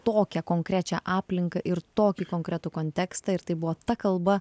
tokią konkrečią aplinką ir tokį konkretų kontekstą ir tai buvo ta kalba